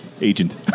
agent